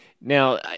Now